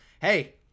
hey